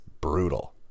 brutal